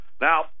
Now